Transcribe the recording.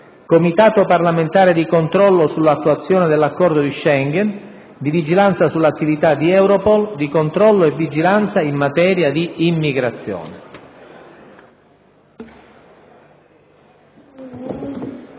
Comitato parlamentare di controllo sull'attuazione dell'Accordo di Schengen, di vigilanza sull'attività di Europol, di controllo e vigilanza in materia di immigrazione.